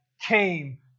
came